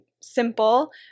simple